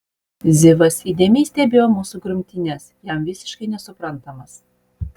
zivas įdėmiai stebėjo mūsų grumtynes jam visiškai nesuprantamas